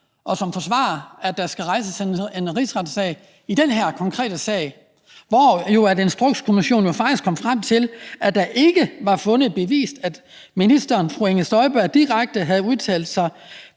og forsvarer, at der skal rejses en rigsretssag i den her konkrete sag, hvor Instrukskommissionen jo faktisk kom frem til, at det ikke var fundet bevist, at ministeren, fru Inger Støjberg, i en tjenestebefaling